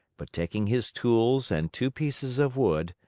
but taking his tools and two pieces of wood,